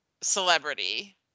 celebrity